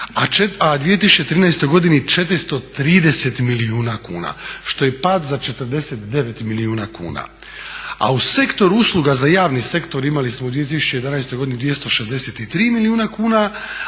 a u 2013. godini 430 milijuna kuna što je pad za 49 milijuna kuna. A u sektor usluga za javni sektor imali smo u 2011. godini 263 milijuna kuna,